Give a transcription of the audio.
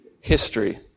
History